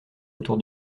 autour